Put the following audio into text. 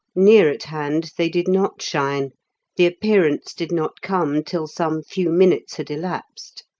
near at hand they did not shine the appearance did not come till some few minutes had elapsed.